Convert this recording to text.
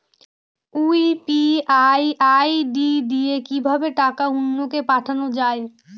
UPI ID দিয়ে কিভাবে টাকা অন্য কে পাঠানো যায়?